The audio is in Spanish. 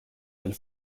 del